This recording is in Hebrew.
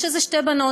יש שתי בנות,